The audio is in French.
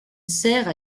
serre